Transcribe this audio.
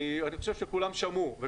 אני חושב שכולם שמעו.